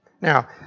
Now